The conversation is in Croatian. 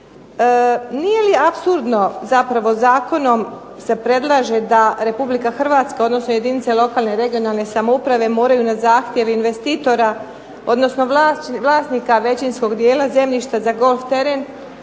Nije li apsurdno zapravo zakonom se predlaže da Republika Hrvatska odnosno jedinice lokalne i regionalne samouprave moraju na zahtjev investitora, odnosno vlasnika većinskog dijela zemljišta za golf teren